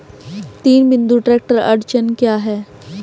तीन बिंदु ट्रैक्टर अड़चन क्या है?